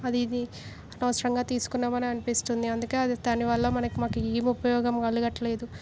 అది ఇది అనవసరంగా తీసుకున్నాం అని అనిపిస్తుంది అందుకే అది డానివల్ల మనకి మాకు ఏం ఉపయోగం కలగలేదు